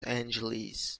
angeles